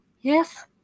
Yes